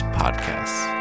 podcasts